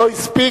ולא הספיק.